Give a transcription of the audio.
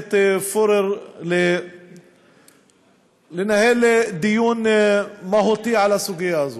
הכנסת פורר, לנהל דיון מהותי על הסוגיה הזאת.